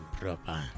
proper